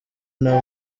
nta